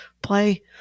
play